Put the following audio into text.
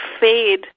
fade